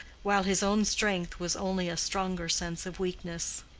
while his own strength was only a stronger sense of weakness.